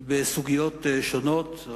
בסוגיות שונות.